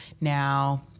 Now